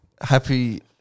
Happy